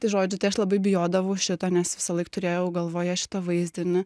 tai žodžiu tai aš labai bijodavau šito nes visąlaik turėjau galvoje šitą vaizdinį